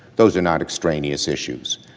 those are not extraneous issues.